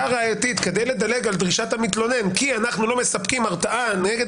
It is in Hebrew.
הראייתית כדי לדלג על דרישת המתלונן כי אנחנו לא מספקים הרתעה נגד